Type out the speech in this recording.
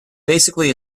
basically